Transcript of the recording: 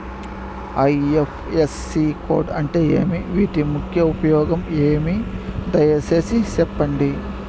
IFSC code అంటే ఏమి? వీటి ముఖ్య ఉపయోగం ఏమి? దయసేసి సెప్పండి?